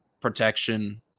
protection